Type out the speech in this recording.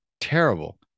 Terrible